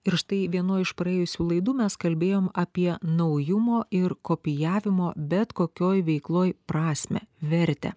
ir štai vienoj iš praėjusių laidų mes kalbėjom apie naujumo ir kopijavimo bet kokioj veikloj prasmę vertę